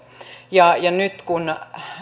ja ja nyt kun